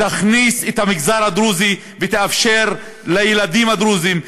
תכניס את המגזר הדרוזי ותאפשר לילדים הדרוזים,